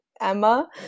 emma